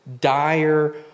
dire